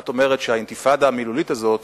את אומרת שהאינתיפאדה המילולית הזאת